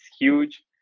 huge